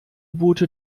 boote